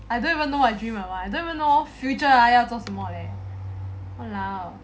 I don't even know what dream to follow I don't even know future 要怎样 eh 妈的